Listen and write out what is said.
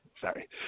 Sorry